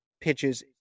pitches